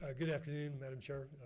ah good afternoon, madam chair,